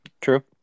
True